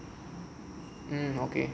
mmhmm okay